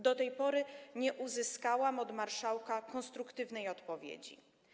Do tej pory nie uzyskałam od marszałka konstruktywnej odpowiedzi.